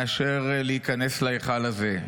מאשר להיכנס להיכל הזה.